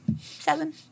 seven